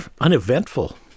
uneventful